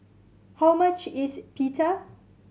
how much is Pita